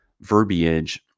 verbiage